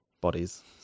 bodies